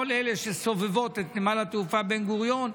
כל אלה שסובבות את נמל התעופה בן-גוריון,